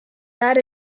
that